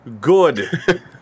good